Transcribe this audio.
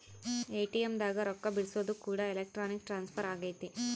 ATM ದಾಗ ರೊಕ್ಕ ಬಿಡ್ಸೊದು ಕೂಡ ಎಲೆಕ್ಟ್ರಾನಿಕ್ ಟ್ರಾನ್ಸ್ಫರ್ ಅಗೈತೆ